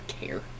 care